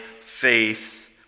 faith